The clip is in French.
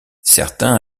certains